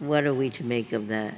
what are we to make of the